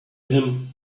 him